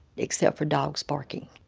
except for dogs barking